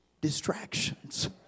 distractions